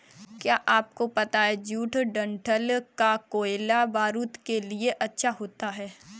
क्या आपको पता है जूट डंठल का कोयला बारूद के लिए अच्छा होता है